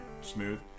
smooth